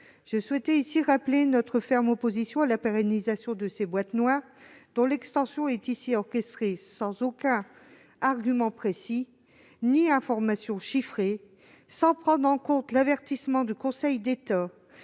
Je souhaite rappeler notre ferme opposition à la pérennisation des « boîtes noires ». Leur extension est ici orchestrée sans aucun argument précis ni information chiffrée, et sans que soit pris en compte l'avertissement du Conseil d'État.